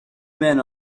men